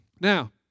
Now